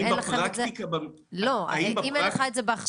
זה לימד אותנו הרבה דברים,